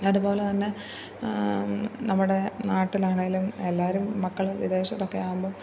അതുപോലെ തന്നെ നമ്മുടെ നാട്ടിലാണെങ്കിലും എല്ലാവരും മക്കളും വിദേശത്തൊക്കെയാവുമ്പം